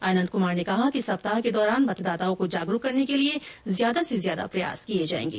आनन्द कमार ने कहा कि सप्ताह के दौरान मतदाताओं को जागरूक करने के लिए ज्यादा से ज्यादा प्रयास किए जाएंगे